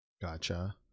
Gotcha